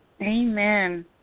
Amen